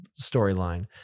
storyline